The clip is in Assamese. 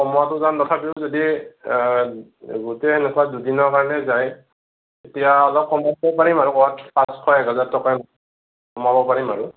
কমোৱাটো টান তথাপি যদি দুদিনৰ কাৰণে যায় তেতিয়া অলপ কমাই দিব পাৰিম আৰু পাঁচশ এক হেজাৰ টকা কমাব পাৰিম আৰু